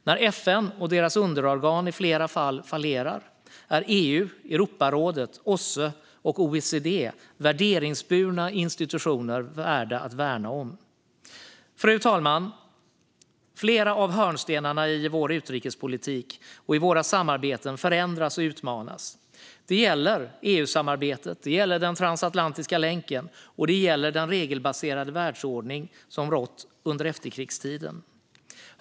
När FN och dess underorgan i flera fall fallerar är EU, Europarådet, OSSE och OECD värderingsburna institutioner värda att värna om. Fru talman! Flera av hörnstenarna i vår utrikespolitik och i våra samarbeten förändras och utmanas. Det gäller EU-samarbetet, det gäller den transatlantiska länken och det gäller den regelbaserade världsordning som rått under efterkrigstiden.